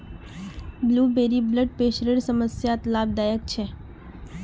blueberry blood प्रेशरेर समस्यात लाभदायक छे